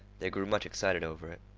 they grew much excited over it.